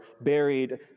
buried